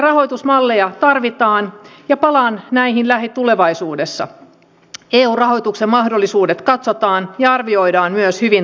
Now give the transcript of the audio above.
kiireellisiä toimenpiteitä vaativat erityisesti maavoimien nopean toiminnan valmiuden nostaminen ja kyberpuolustuskyvyn kehittäminen